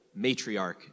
matriarch